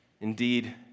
Indeed